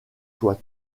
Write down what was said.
soit